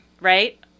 right